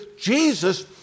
Jesus